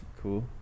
cool